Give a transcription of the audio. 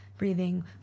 breathing